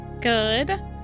Good